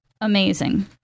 amazing